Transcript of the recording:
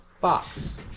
box